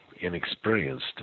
inexperienced